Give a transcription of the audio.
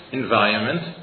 environment